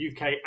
uk